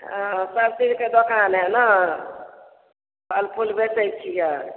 हँ सब चीजके दोकान हए ने फल फूल बेचैत छियै